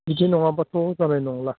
बिदि नङाबाथ' जानाय नंला